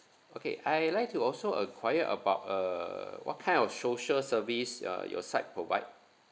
okay I'd like to also enquire about err what kind of social service uh your side provide